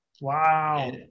Wow